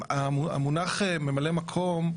המונח ממלא מקום,